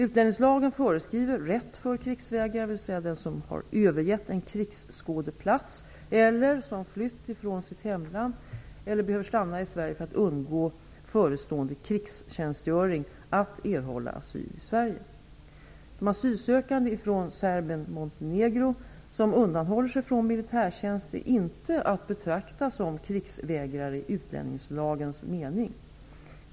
Utlänningslagen föreskriver rätt för krigsvägrare, dvs. den som har övergett en krigsskådeplats eller som flyr från sitt hemland eller behöver stanna i Sverige för att undgå förestående krigstjänstgöring, att erhålla asyl i Sverige. De asylsökande från Serbien-Montenegro som undanhåller sig från militärtjänst är inte att betrakta som krigsvägrare i utlänningslagens mening.